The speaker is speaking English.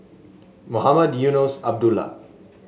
Mohamed Eunos Abdullah